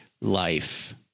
life